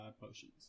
potions